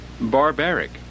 barbaric